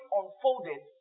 unfolded